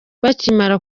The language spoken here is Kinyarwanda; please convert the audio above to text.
bakimara